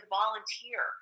volunteer